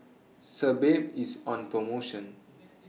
Sebamed IS on promotion